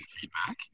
feedback